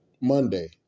Monday